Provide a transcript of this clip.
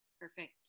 Perfect